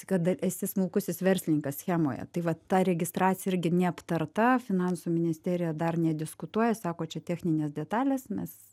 kada esi smulkusis verslininkas schemoje tai va ta registracija irgi neaptarta finansų ministerija dar nediskutuoja sako čia techninės detalės mes